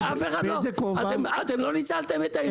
אתם לא ניצלתם את ההזדמנות.